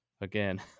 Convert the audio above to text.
again